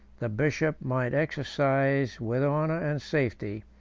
the bishop might exercise, with honor and safety,